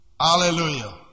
Hallelujah